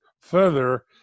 further